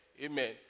amen